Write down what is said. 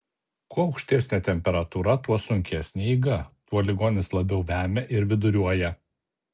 kuo aukštesnė temperatūra kuo sunkesnė eiga tuo ligonis labiau vemia ir viduriuoja